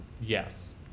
Yes